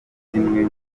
zimwe